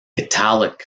italic